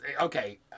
okay